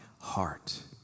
heart